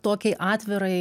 tokiai atvirai